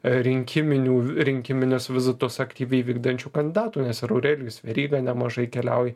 a rinkiminių rinkiminius vizitus aktyviai vykdančių kandidatų nes ir aurelijus veryga nemažai keliauja